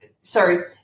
Sorry